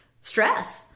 stress